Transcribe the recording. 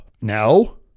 No